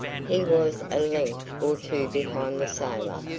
he was a length or two behind the sailor,